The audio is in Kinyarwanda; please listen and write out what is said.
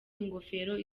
ingofero